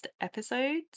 episodes